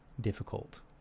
difficult